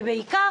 ובעיקר,